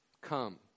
Come